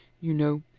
you know,